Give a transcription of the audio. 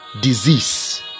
disease